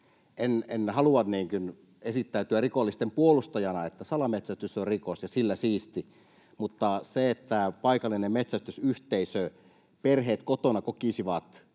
En halua esittäytyä rikollisten puolustajana — salametsästys on rikos, ja sillä siisti — mutta se, että paikallinen metsästysyhteisö, metsästysperheet kotona kokisivat,